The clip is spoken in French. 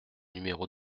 numéro